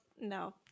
No